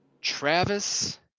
Travis